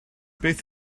beth